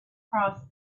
cross